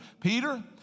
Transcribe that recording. Peter